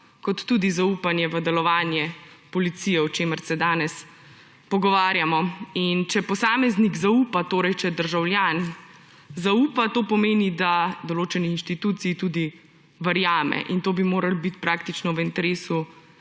kot tudi zaupanje v delovanje policije, o čemer se danes pogovarjamo. In če državljan zaupa, to pomeni, da določeni inštituciji tudi verjame. In to bi moralo biti praktično v interesu